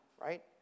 right